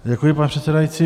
Děkuji, pane předsedající.